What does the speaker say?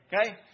Okay